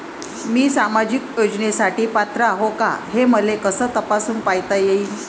मी सामाजिक योजनेसाठी पात्र आहो का, हे मले कस तपासून पायता येईन?